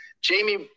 Jamie